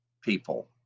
people